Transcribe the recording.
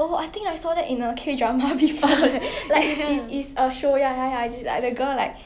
lah that means it's like their own biological function but then people always like deem them body shame them as in like